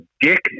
dick